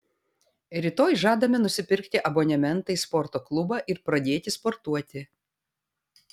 rytoj žadame nusipirkti abonementą į sporto klubą ir pradėti sportuoti